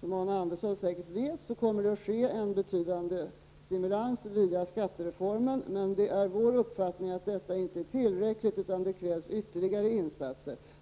Som Arne Andersson säkert vet kommer det att ske en betydande stimulans via skattereformen. Men vår uppfattning är att detta inte är tillräckligt utan att det krävs ytterligare insatser.